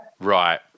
Right